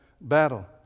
battle